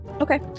Okay